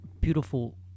beautiful